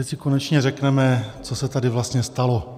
Teď si konečně řekneme, co se tady vlastně stalo.